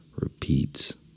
repeats